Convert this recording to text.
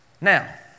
Now